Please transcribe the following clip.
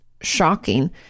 shocking